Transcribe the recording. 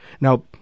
Now